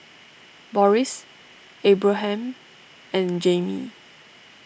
Boris Abraham and Jami